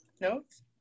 Notes